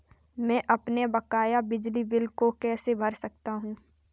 मैं अपने बकाया बिजली बिल को कैसे भर सकता हूँ?